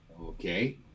Okay